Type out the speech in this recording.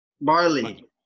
barley